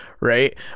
right